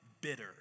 bitter